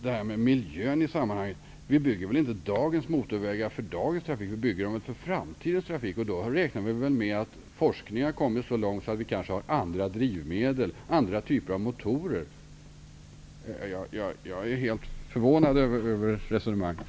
Det talades om miljön i sammanhanget. Vi bygger väl inte dagens motorvägar för dagens trafik utan för framtidens trafik. Då räknar vi med att forskningen skall ha kommit så långt att vi i framtiden kanske har andra drivmedel och andra typer av motorer. Jag är mycket förvånad över resonemanget.